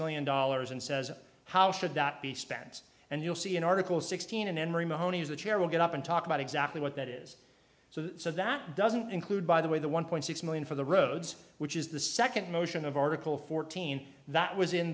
million dollars and says how should that be spent and you'll see an article sixteen in emory mahoney's the chair will get up and talk about exactly what that is so that doesn't include by the way the one point six million for the roads which is the second motion of article fourteen that was in